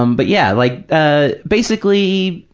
um but yeah, like, ah basically,